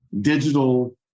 digital